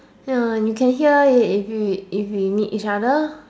ya and you can hear it if we if we meet each other